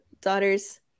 daughter's